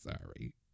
sorry